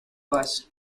paz